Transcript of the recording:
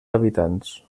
habitants